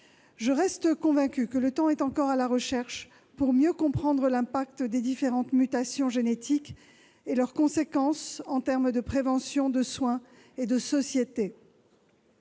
Je reste convaincue que le temps est encore à la recherche, pour mieux comprendre l'impact des différentes mutations génétiques et leurs conséquences non seulement en termes de prévention et de soins,